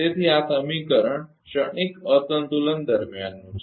તેથી આ સમીકરણ ક્ષણિક અસંતુલન દરમ્યાનનું છે